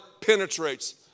penetrates